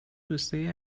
دوستایی